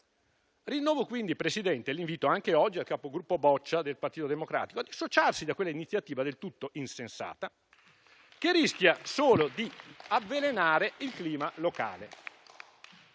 rinnovo quindi l'invito anche oggi al Capogruppo Boccia, del Partito Democratico, a dissociarsi da quella iniziativa del tutto insensata, che rischia solo di avvelenare il clima locale.